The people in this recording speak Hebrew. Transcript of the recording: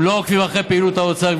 הם לא עוקבים אחרי פעילות האוצר,